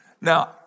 Now